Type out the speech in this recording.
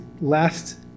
last